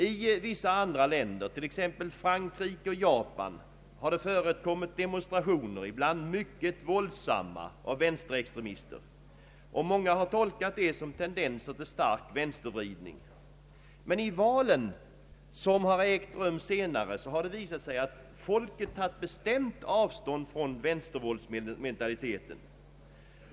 I vissa andra länder, t.ex. Frankrike och Japan, har det förekommit demonstrationer, ibland mycket våldsamma, av vänsterextremister. Många har tolkat detta som tendenser till stark vänstervridning. I valen som ägt rum senare har det visat sig att folket tagit bestämt avstånd från vänstervåldsmentaliteten.